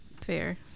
Fair